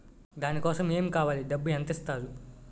దాని కోసం ఎమ్ కావాలి డబ్బు ఎంత ఇస్తారు?